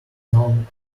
none